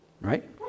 right